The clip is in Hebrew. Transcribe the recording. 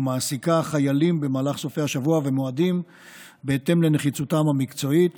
ומעסיקה חיילים במהלך סופי השבוע ובמועדים בהתאם לנחיצותם המקצועית